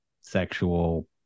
sexual